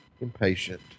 impatient